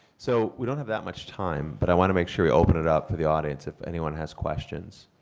so we don't have that much time, but i want to make sure we open it up for the audience if anyone has questions.